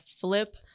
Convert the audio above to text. flip